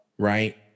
right